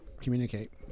communicate